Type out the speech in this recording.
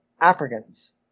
Africans